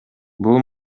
бул